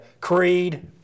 Creed